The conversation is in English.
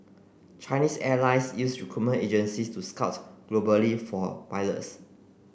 Chinese Airlines use recruitment agencies to scout globally for pilots